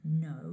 no